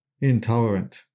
intolerant